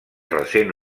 recent